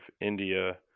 India